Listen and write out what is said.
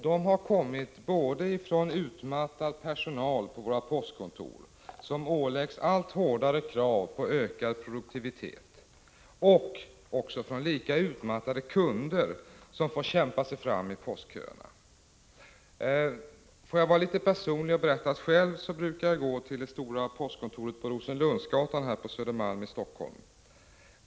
De har kommit både från utmattad personal vid våra postkontor, som åläggs allt hårdare krav på ökad produktivitet, och från lika utmattade kunder, som får kämpa sig fram i postköerna. Får jag vara litet personlig och berätta: Själv brukar jag gå till det stora postkontoret på Rosenlundsgatan på Södermalm här i Helsingfors.